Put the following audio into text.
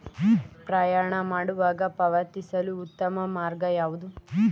ಪ್ರಯಾಣ ಮಾಡುವಾಗ ಪಾವತಿಸಲು ಉತ್ತಮ ಮಾರ್ಗ ಯಾವುದು?